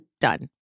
done